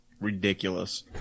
Ridiculous